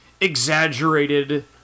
exaggerated